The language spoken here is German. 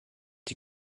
die